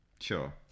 Sure